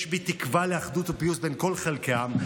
יש בי תקווה לאחדות ופיוס בין כל חלקי העם.